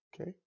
okay